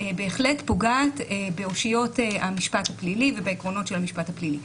בהחלט פוגעת באושיות המשפט הפלילי ובעקרונות של המשפט הפלילי.